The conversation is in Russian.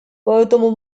поэтому